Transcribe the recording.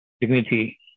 dignity